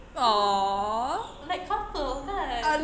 !aww!